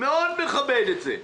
מאוד מכבד את זה.